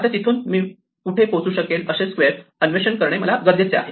आता तिथून मी कुठे पोहोचू शकेल असे स्क्वेअर अन्वेषण करणे मला गरजेचे आहे